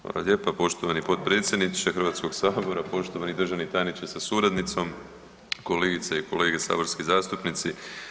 Hvala lijepa poštovani potpredsjedniče HS, poštovani državni tajniče sa suradnicom, kolegice i kolege saborski zastupnici.